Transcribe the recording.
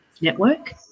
network